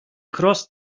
crossed